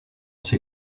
ces